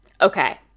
okay